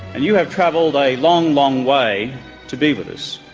and you have travelled a long, long way to be with us.